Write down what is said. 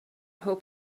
hope